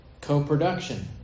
co-production